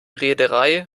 reederei